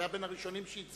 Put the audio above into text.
הוא היה מהראשונים שהצביעו.